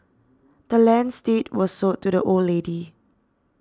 the land's deed was sold to the old lady